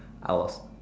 I was